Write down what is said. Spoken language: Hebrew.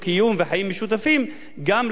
גם לעשות דברים יותר רציניים.